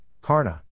Karna